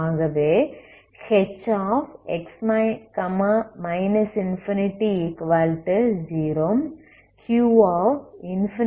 ஆகவே Hx ∞0 Q∞01